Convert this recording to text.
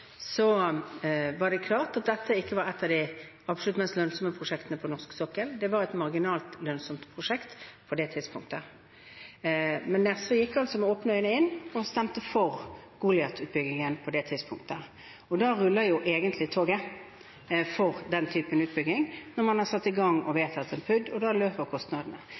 var det klart at dette ikke var et av de absolutt mest lønnsomme prosjektene på norsk sokkel. Det var et marginalt lønnsomt prosjekt på det tidspunktet, men SV gikk altså med åpne øyne inn og stemte for Goliat-utbyggingen på det tidspunktet. Da ruller jo egentlig toget for den typen utbygging – når man har satt i gang og vedtatt en PUD. Og da løper kostnadene.